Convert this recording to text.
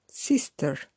Sister